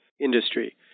industry